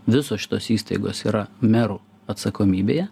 visos šitos įstaigos yra merų atsakomybėje